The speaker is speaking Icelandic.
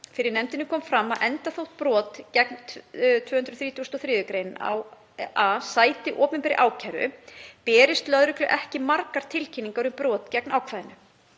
Fyrir nefndinni kom fram að enda þótt brot gegn 233. gr. a sæti opinberri ákæru berist lögreglu ekki margar tilkynningar um brot gegn ákvæðinu.